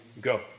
go